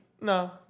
No